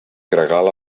gregal